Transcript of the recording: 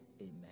Amen